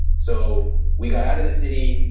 so we got out of the city,